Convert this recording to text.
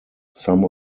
some